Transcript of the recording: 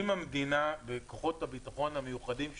אם המדינה וכוחות הביטחון המיוחדים שלה,